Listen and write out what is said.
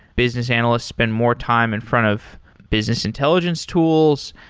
business analysts spend more time in front of business intelligence tools.